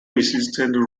insisted